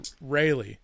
Rayleigh